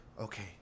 okay